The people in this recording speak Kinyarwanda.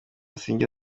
sinjya